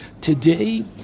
Today